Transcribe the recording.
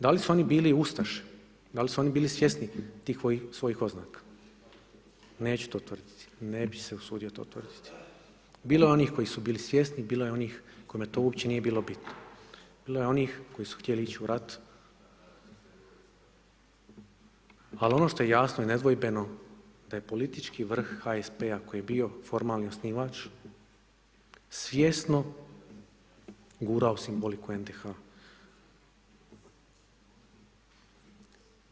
Da li su oni bili ustaše, da li su oni bili svjesni tih svojih oznaka, neću to tvrditi, ne bi se usudio to tvrditi, bilo je onih koji su bili svjesni, bilo je onih kojima to uopće nije bilo bitno, bilo je onih koji su htjeli ić u rat, al ono što je jasno i nedvojbeno da je politički vrh HSP-a koji je bio formalni osnivač svjesno gurao simboliku NDH-a.